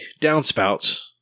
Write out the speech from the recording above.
downspouts